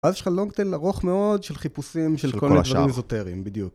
ואז יש לך לונגטייל ארוך מאוד של חיפושים של כל מיני דברים איזוטריים, בדיוק.